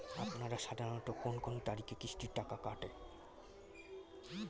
আপনারা সাধারণত কোন কোন তারিখে কিস্তির টাকা কাটে?